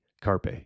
Carpe